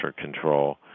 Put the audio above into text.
control